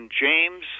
James